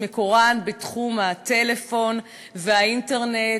מקורן בתחום הטלפון והאינטרנט,